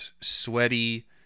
sweaty